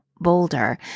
Boulder